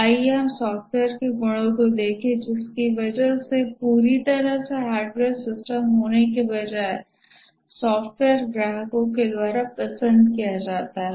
आइए हम सॉफ्टवेयर के गुणों को देखें जिसकी वजह से पूरी तरह से हार्डवेयर सिस्टम होने के बजाय सॉफ्टवेयर ग्राहकों द्वारा पसंद किया जाता है